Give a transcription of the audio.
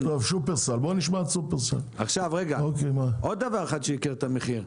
רגע, עוד דבר אחד שיקר את המחיר.